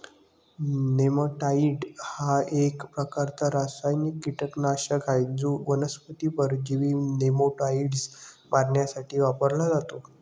नेमॅटाइड हा एक प्रकारचा रासायनिक कीटकनाशक आहे जो वनस्पती परजीवी नेमाटोड्स मारण्यासाठी वापरला जातो